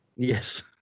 Yes